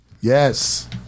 Yes